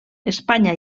espanya